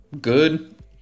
good